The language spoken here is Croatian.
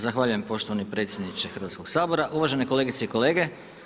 Zahvaljujem poštovani predsjedniče Hrvatskog sabora, uvažene kolegice i kolege.